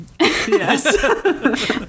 yes